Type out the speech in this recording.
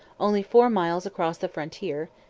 only four miles across the frontier,